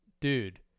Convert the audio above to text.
Dude